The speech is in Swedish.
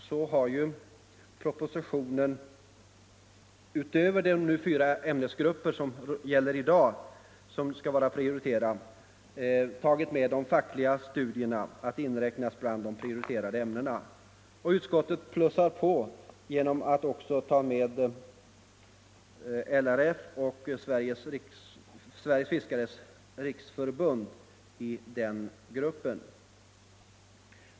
I propositionen har man utöver de fyra ämnesgrupper som i dag är prioriterade tagit med fackliga studier. Utskottet plussar här på genom att också ta med LRF och Sveriges fiskares riksförbund i den gruppen.